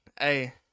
Hey